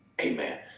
amen